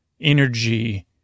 energy